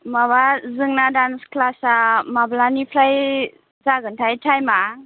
माबा जोंना डान्स क्लासआ माब्लानिफ्राय जागोनथाय टाइमआ